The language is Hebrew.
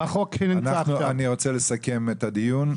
אני רוצה לסכם את הדיון.